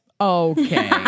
Okay